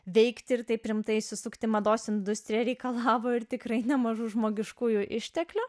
veikti ir taip rimtai įsisukti mados industrija reikalavo ir tikrai nemažų žmogiškųjų išteklių